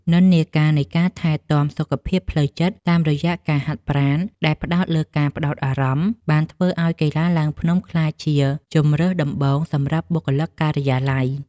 និន្នាការនៃការថែទាំសុខភាពផ្លូវចិត្តតាមរយៈការហាត់ប្រាណដែលផ្ដោតលើការផ្ដោតអារម្មណ៍ បានធ្វើឱ្យកីឡាឡើងភ្នំក្លាយជាជម្រើសដំបូងសម្រាប់បុគ្គលិកការិយាល័យ។